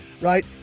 right